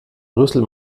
rüssel